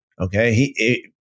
Okay